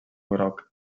groc